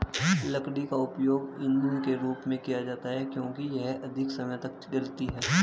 लकड़ी का उपयोग ईंधन के रूप में किया जाता है क्योंकि यह अधिक समय तक जलती है